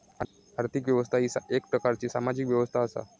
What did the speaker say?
आर्थिक व्यवस्था ही येक प्रकारची सामाजिक व्यवस्था असा